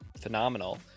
phenomenal